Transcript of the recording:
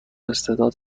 استعداد